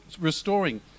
restoring